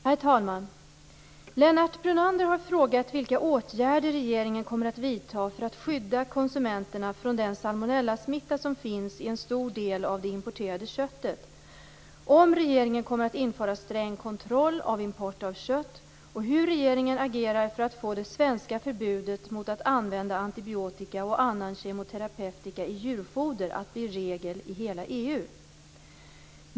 Herr talman! Lennart Brunander har frågat vilka åtgärder regeringen kommer att vidta för att skydda konsumenterna från den salmonellasmitta som finns i en stor del av det importerade köttet, om regeringen kommer att införa sträng kontroll av import av kött och hur regeringen agerar för att få det svenska förbudet mot att använda antibiotika och annan kemoterapeutika i djurfoder att bli regel i hela EU.